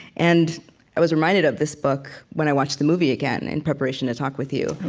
and i was reminded of this book, when i watched the movie again in preparation to talk with you,